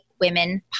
Women